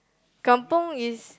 kampung is